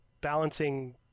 balancing